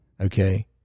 Okay